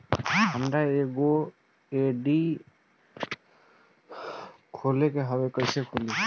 हमरा एगो एफ.डी खोले के हवे त कैसे खुली?